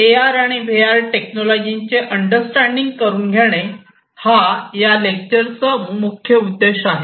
ए R आणि V R टेक्नॉलॉजीचे understanding करून घेणे हा या लेक्चरचा मुख्य उद्देश आहे